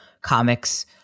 comics